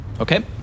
Okay